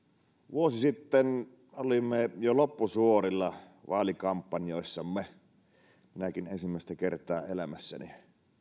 vuosi sitten olimme jo loppusuorilla vaalikampanjoissamme minäkin ensimmäistä kertaa elämässäni meistä jokainen